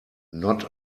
not